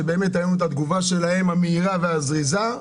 שראינו את התגובה המהירה והזריזה שלהם,